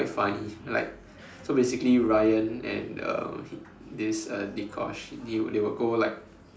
quite funny like so basically Ryan and the he this uh Dee-Kosh they will they will go like